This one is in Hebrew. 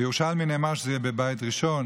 בירושלמי נאמר שזה בבית ראשון